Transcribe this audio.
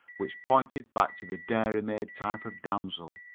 which pointed back to the dairymaid type of damsel.